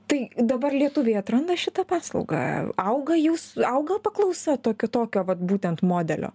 tai dabar lietuviai atranda šitą paslaugą auga jūs auga paklausa to kitokio vat būtent modelio